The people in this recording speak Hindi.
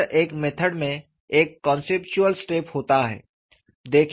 हर एक मेथड में एक कॉन्सेप्चुअल स्टेप होता है